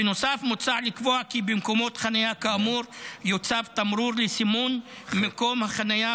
בנוסף מוצע לקבוע כי במקומות חניה כאמור יוצב תמרור לסימון מקום החניה,